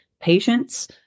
patients